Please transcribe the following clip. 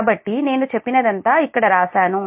కాబట్టి నేను చెప్పినదంతా ఇక్కడ రాశాను